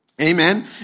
Amen